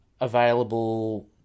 available